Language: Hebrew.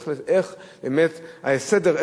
איך באמת הסדר,